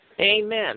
Amen